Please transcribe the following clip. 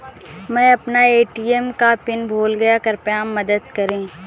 मै अपना ए.टी.एम का पिन भूल गया कृपया मदद करें